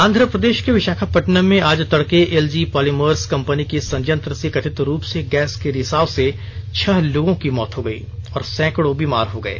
आंध्र प्रदेश के विशाखापटटनम में आज तड़के एलजी पॉलीमर्स कंपनी के संयंत्र से कथित रूप से गैस के रिसाव से छह लोगों की मौत हो गई और सैकडों बीमार हो गये